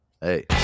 Hey